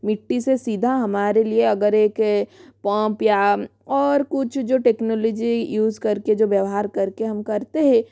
मिट्टी से सीधा हमारे लिए अगर एक पोम्प या और कुछ जो टेक्नॉलोजी यूज करके जो व्यवहार करके हम करते है